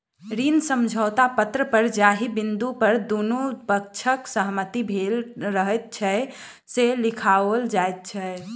ऋण समझौता पत्र पर जाहि बिन्दु पर दुनू पक्षक सहमति भेल रहैत छै, से लिखाओल जाइत छै